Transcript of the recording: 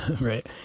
right